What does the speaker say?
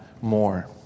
more